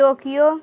Tokyo